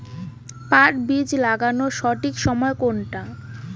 পাট বীজ লাগানোর সঠিক সময় কোনটা?